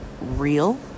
real